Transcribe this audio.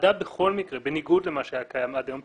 הוועדה בכל מקרה בניגוד למה שהיה קיים עד היום,